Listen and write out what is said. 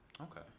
Okay